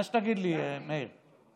מה שתגיד לי, מאיר.